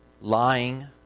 Lying